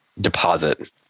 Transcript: deposit